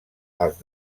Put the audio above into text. als